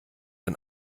ein